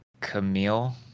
camille